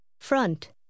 Front